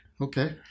Okay